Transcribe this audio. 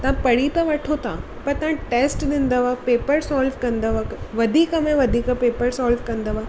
तव्हां पढ़ी त वठो था पर तव्हां टेस्ट ॾींदव पेपर सोल्व कंदव वधीक में वधीक पेपर सोल्व कंदव